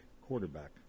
quarterback